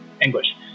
English